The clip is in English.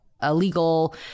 illegal